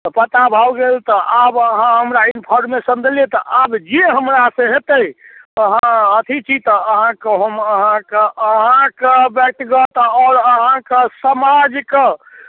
तऽ पता भऽ गेल तऽ आब अहाँ हमरा इन्फोर्मेशन देलियै तऽ आब जे हमरासँ हेतै अहाँ अथी छी तऽ अहाँके हम अहाँके अहाँके व्यक्तिगत आओर अहाँके समाजके